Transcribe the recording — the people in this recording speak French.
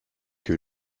que